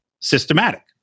systematic